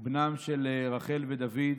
והוא בנם של רחל ודוד.